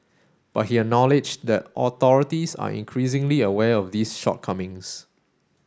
but he acknowledged that authorities are increasingly aware of these shortcomings